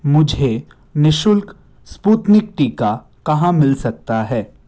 मुझे निश्शुल्क स्पुतनिक टीका कहाँ मिल सकता है